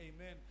Amen